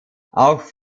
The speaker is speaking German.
auch